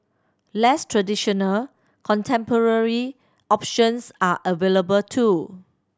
less traditional contemporary options are available too